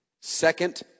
second